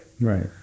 Right